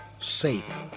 safe